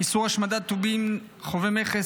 לתיקון פקודת המכס (איסור השמדת טובין חבי מכס),